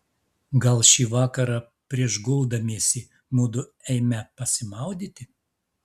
gal šį vakarą prieš guldamiesi mudu eime pasimaudyti